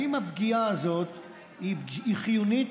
האם הפגיעה הזאת היא חיונית?